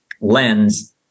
lens